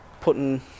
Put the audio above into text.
putting